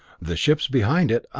the ships behind it,